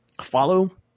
follow